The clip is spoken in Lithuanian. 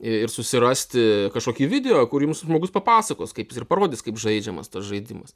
ir susirasti kažkokį video kur jums žmogus papasakos kaip jis ir parodys kaip žaidžiamas tas žaidimas